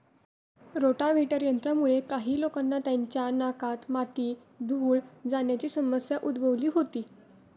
rotavator यंत्रामुळे काही लोकांना त्यांच्या नाकात माती, धूळ जाण्याची समस्या उद्भवली होती